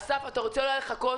אסף, אתה רוצה אולי לחכות?